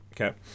okay